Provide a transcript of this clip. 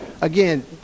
again